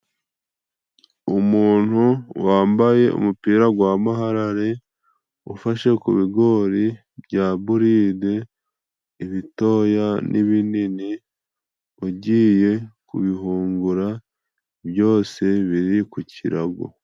Umuntu wambaye umupira gwa Maharali, ufashe ku bigori bya buride ibitoya n'ibini, ugiye kubihungura byose biri ku kirago.